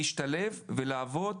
להשתלב ולעבוד,